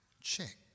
check